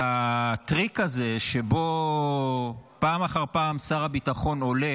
הטריק הזה שבו פעם אחר פעם שר הביטחון עולה